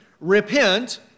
Repent